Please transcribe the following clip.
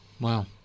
Wow